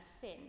sin